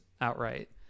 outright